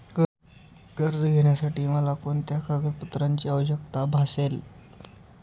कर्ज घेण्यासाठी मला कोणत्या कागदपत्रांची आवश्यकता भासेल?